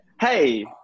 Hey